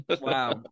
Wow